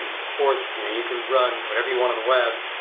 of course you you can run whatever you want on the web,